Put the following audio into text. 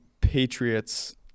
Patriots